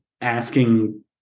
asking